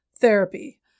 therapy